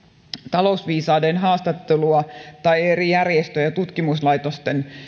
talousviisaan haastattelua tai eri järjestöjen tutkimuslaitosten